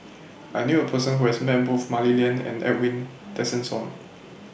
I knew A Person Who has Met Both Mah Li Lian and Edwin Tessensohn